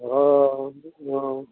हाँ हाँ